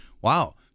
wow